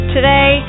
Today